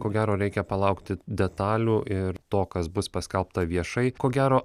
ko gero reikia palaukti detalių ir to kas bus paskelbta viešai ko gero